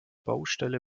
baustelle